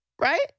Right